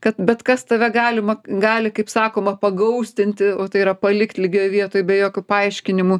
kad bet kas tave galima gali kaip sakoma pagoustinti o tai yra palikt lygioj vietoj be jokių paaiškinimų